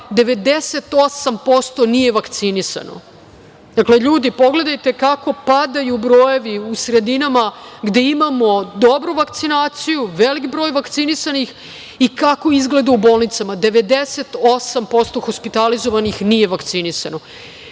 98% nije vakcinisano. Dakle, ljudi pogledajte kako padaju brojevi u sredinama gde imamo dobru vakcinaciju, veliki broj vakcinisanih i kako izgleda u bolnicama. Nije vakcinisano